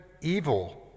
evil